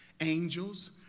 angels